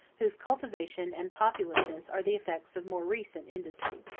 whose cultivation and populousness are the effects of more recent industry.